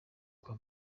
kwa